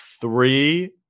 three